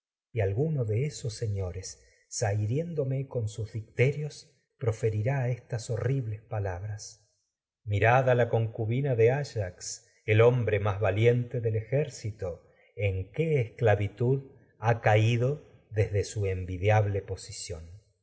y alguno de proferirá bina de señores zahiriéndome horribles con sus dicterios concu estas palabras mirad á la ayax el hombre más valiente su del ejército en qué esclavitud ha caído desde asi envidiable posición